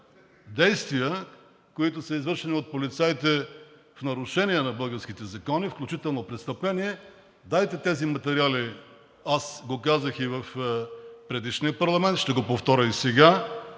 действия, извършени от полицаите в нарушение на българските закони, включително престъпление, дайте тези материали. Аз го казах и в предишния парламент, ще го повторя и сега,